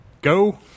Go